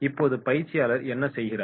இப்போது பயிற்சியாளர் என்ன செய்கிறார்